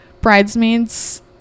bridesmaids